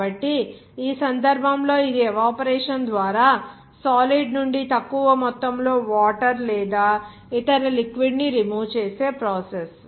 కాబట్టి ఈ సందర్భంలో ఇది ఎవపోరేషన్ ద్వారా సాలిడ్ నుండి తక్కువ మొత్తంలో వాటర్ లేదా ఇతర లిక్విడ్ ని రిమూవ్ చేసే ప్రాసెస్